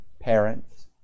parents